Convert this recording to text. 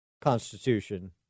Constitution